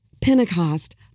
Pentecost